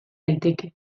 daiteke